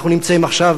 אנחנו נמצאים עכשיו